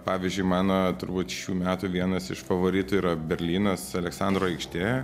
pavyzdžiui mano turbūt šių metų vienas iš favoritų yra berlynas aleksandro aikštė